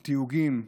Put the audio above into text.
על תיוגים,